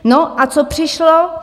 No a co přišlo?